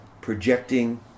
projecting